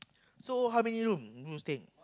so how many room you stay